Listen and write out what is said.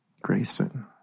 Grayson